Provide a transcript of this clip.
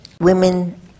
women